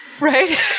right